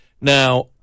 Now